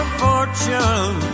fortune